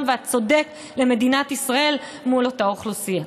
והצודק למדינת ישראל מול אותה אוכלוסייה.